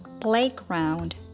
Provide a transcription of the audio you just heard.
Playground